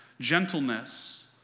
gentleness